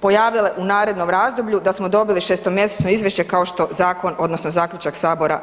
pojavile u narednom razdoblju da smo dobili šestomjesečno izvješće kao što zakon odnosno zaključak Sabora nalaže.